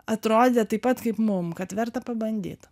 atrodė taip pat kaip mum kad verta pabandyt